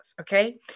okay